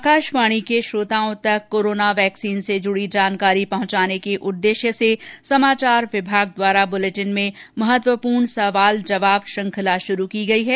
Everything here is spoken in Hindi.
आकाशवाणी के श्रोताओं तक कोरोना वैक्सीन से जुड़ी जानकारी पहुंचाने के उददेश्य से समाचार विभाग द्वारा ब्रुलेटिन में महत्वपूर्ण सवाल जवाब श्रृंखला शुरू की गयी है